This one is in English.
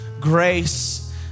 grace